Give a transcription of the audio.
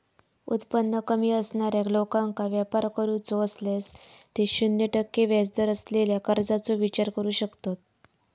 उत्पन्न कमी असणाऱ्या लोकांका व्यापार करूचो असल्यास ते शून्य टक्के व्याजदर असलेल्या कर्जाचो विचार करू शकतत